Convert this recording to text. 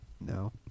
No